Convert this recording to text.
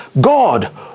God